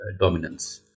dominance